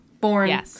born